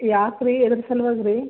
ಯಾಕ್ರಿ ಎದುರ ಸಲುವಾಗಿ ರೀ